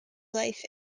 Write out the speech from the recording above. life